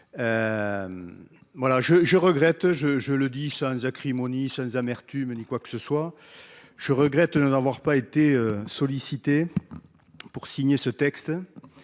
Voilà je je regrette je je le dis sans acrimonie, sans amertume ni quoique ce soit. Je regrette ne n'avoir pas été sollicités. Pour signer ce texte.